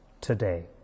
today